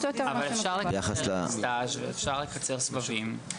אבל אפשר לקצר סטז' ואפשר לקצר סבבים.